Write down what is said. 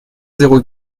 zéro